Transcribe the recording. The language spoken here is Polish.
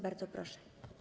Bardzo proszę.